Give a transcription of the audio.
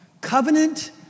Covenant